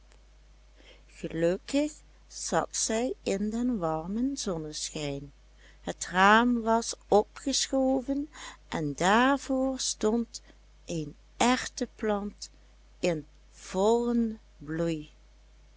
gelukkig zat zij in den warmen zonneschijn het raam was opgeschoven en daarvoor stond een erwteplant in vollen bloei